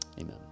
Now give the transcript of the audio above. Amen